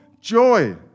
joy